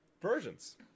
versions